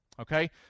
Okay